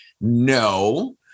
no